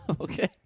Okay